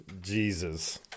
Jesus